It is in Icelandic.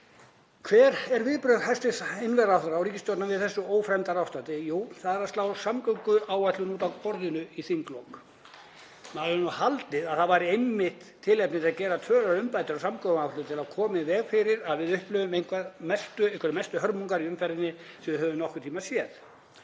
Hver eru viðbrögð hæstv. ráðherra og ríkisstjórnar við þessu ófremdarástandi? Jú, það er að slá samgönguáætlun út af borðinu í þinglok. Maður hefði nú haldið að það væri einmitt tilefni til að gera töluverðar umbætur á samgönguáætlun til að koma í veg fyrir að við upplifum einhverjar mestu hörmungar í umferðinni sem við höfum nokkurn tíma séð.